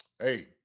hey